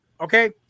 Okay